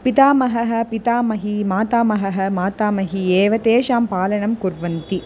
पितामहः पितामही मातामहः मातामही एव तेषां पालनं कुर्वन्ति